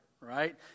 right